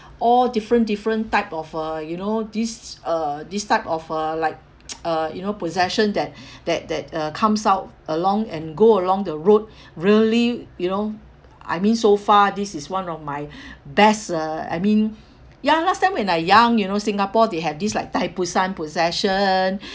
all different different type of uh you know this uh this type of uh like uh you know possession that that that uh comes out along and go along the road really you know I mean so far this is one of my best uh I mean ya last time when I young you know singapore they have this like thaipusam possession